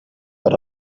per